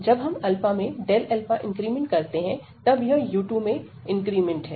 जब हम में Δα इंक्रीमेंट करते हैं तब यह u2 में इंक्रीमेंट है